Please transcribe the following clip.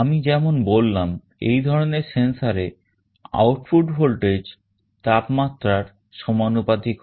আমি যেমন বললাম এই ধরনের sensorএ আউটপুট ভোল্টেজ তাপমাত্রার সমানুপাতিক হয়